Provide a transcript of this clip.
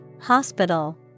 hospital